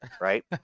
right